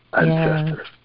ancestors